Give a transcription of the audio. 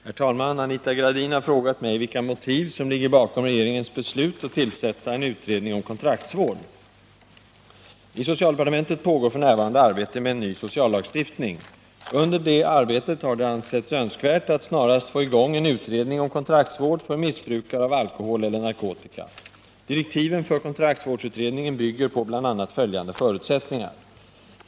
Herr talman! Anita Gradin har frågat mig vilka motiv som ligger bakom regeringens beslut att tillsätta en utredning om kontraktsvård. I socialdepartementet pågår f. n. arbete med en ny sociallagstiftning. Under detta arbete har det ansetts önskvärt att snarast få i gång en utredning om kontraktsvård för missbrukare av alkohol eller narkotika. Direktiven för kontraktsvårdsutredningen bygger på bl.a. följande förutsättningar.